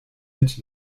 mit